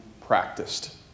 practiced